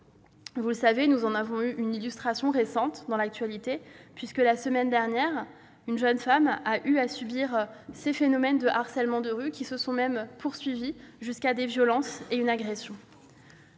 les sénateurs, nous en avons eu une illustration récente dans l'actualité, puisque, la semaine dernière, une jeune femme a eu à subir ce phénomène de harcèlement de rue, qui s'est même poursuivi par des violences et une agression.